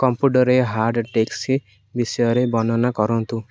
କମ୍ପ୍ୟୁଟରେ hard disk ବିଷୟରେ ବର୍ଣ୍ଣନା କରନ୍ତୁ